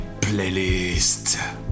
playlist